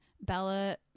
Bella